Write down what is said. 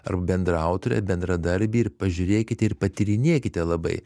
ar bendraautorę ar bendradarbių ir pažiūrėkite ir patyrinėkite labai